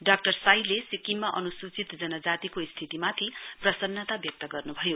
doctor साईले सिक्किममा अनूसूचित जनजातिहरुको स्थितिमाथि प्रसन्नता व्यक्त गर्न्भयो